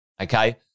okay